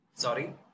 Sorry